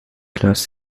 class